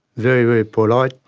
very, very polite,